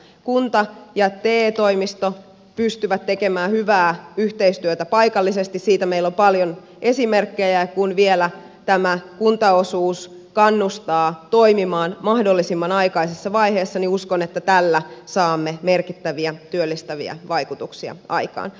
kunta ja te toimisto pystyvät tekemään hyvää yhteistyötä paikallisesti siitä meillä on paljon esimerkkejä ja kun vielä tämä kuntaosuus kannustaa toimimaan mahdollisimman aikaisessa vaiheessa niin uskon että tällä saamme merkittäviä työllistäviä vaikutuksia aikaan